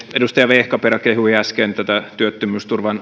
edustaja vehkaperä kehui äsken tätä työttömyysturvan